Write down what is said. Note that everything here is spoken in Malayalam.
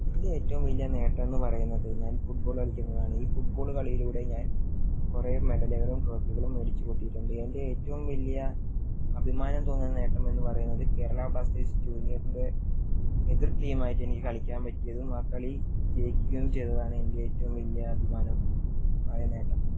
എൻ്റെ ഏറ്റവും വലിയ നേട്ടം എന്ന് പറയുന്നത് ഞാൻ ഫുട്ബോൾ കളിക്കുന്നതാണ് ഈ ഫുട്ബോൾ കളിയിലൂടെ ഞാൻ കുറേ മെഡലുകളും ട്രോഫികളും മേടിച്ചു കൂട്ടിയിട്ടുണ്ട് എൻ്റെ ഏറ്റവും വലിയ അഭിമാനം തോന്നിയ നേട്ടം എന്ന് പറയുന്നത് കേരള ബ്ലാസ്റ്റേഴ്സ് ജൂനിയറിൻ്റെ എതിർ ടീം ആയിട്ട് എനിക്ക് കളിക്കാൻ പറ്റിയതും ആ കളി ജയിക്കുകയും ചെയ്തതാണ് എൻ്റെ ഏറ്റവും വലിയ അഭിമാനം ആയ നേട്ടം